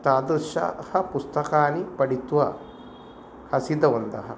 तादृशाः पुस्तकानि पठित्वा हसितवन्तः